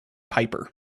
piper